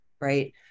right